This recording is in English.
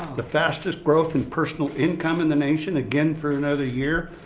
the fastest growth in personal income in the nation again for another year.